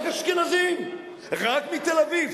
תגיד: רק אשכנזים, רק מתל-אביב.